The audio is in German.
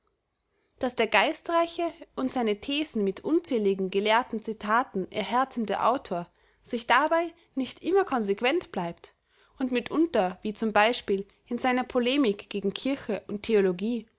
daß der geistreiche und seine thesen mit unzähligen gelehrten zitaten erhärtende autor sich dabei nicht immer konsequent bleibt und mitunter wie z b in seiner polemik gegen kirche und theologie